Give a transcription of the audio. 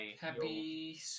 Happy